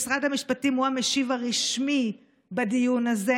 ומשרד המשפטים הוא המשיב הרשמי בדיון הזה.